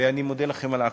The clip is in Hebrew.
ואני מודה לכם על ההקשבה.